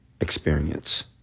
experience